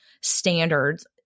standards